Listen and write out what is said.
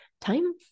time